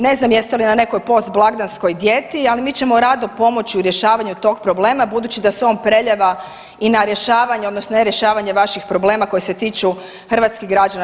Ne znam jeste li na nekoj post blagdanskoj dijeti, ali mi ćemo rado pomoći u rješavanju tog problema budući da se on prelijeva i na rješavanje, odnosno ne rješavanje vaših problema koji se tiču hrvatskih građana.